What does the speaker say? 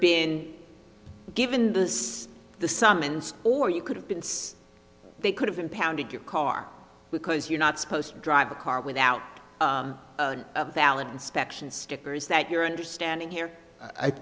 been given this the summons or you could have been so they could have impounded your car because you're not supposed to drive a car without a valid inspection sticker is that your understanding here i